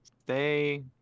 stay